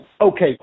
Okay